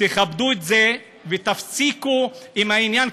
תכבדו את זה ותפסיקו עם העניין.